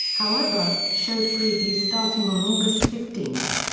however, showed previews starting on august fifteen.